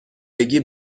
بگی